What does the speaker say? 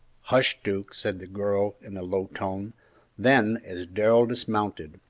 hush, duke! said the girl, in a low tone then, as darrell dismounted,